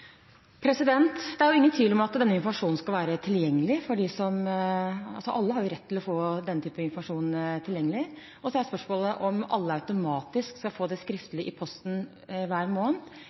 Det er ingen tvil om at alle har rett til å få denne informasjonen tilgjengelig. Spørsmålet er om alle automatisk skal få det skriftlig i posten hver måned,